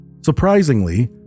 Surprisingly